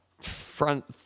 front